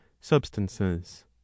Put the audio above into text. substances